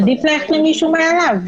עדיף ללכת למישהו מעליו.